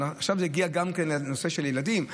עכשיו זה הגיע גם לנושא של ילדים,